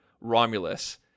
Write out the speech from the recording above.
Romulus